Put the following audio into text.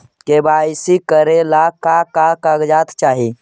KYC करे ला का का कागजात चाही?